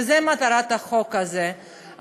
וזו מטרת החוק הזה.